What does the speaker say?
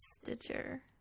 Stitcher